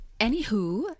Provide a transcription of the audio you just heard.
Anywho